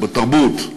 בתרבות.